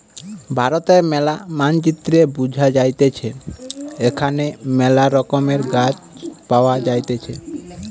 ভারতের ম্যালা মানচিত্রে বুঝা যাইতেছে এখানে মেলা রকমের গাছ পাওয়া যাইতেছে